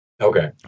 Okay